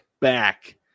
back